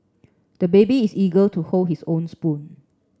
the baby is eager to hold his own spoon